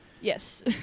yes